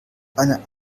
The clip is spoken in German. eine